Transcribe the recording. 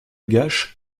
gaches